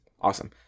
Awesome